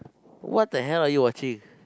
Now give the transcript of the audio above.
what the hell are you watching